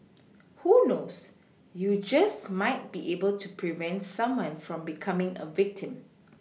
who knows you just might be able to help prevent someone from becoming a victim